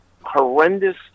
horrendous